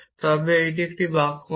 তবে এটি একটি বাক্য নয়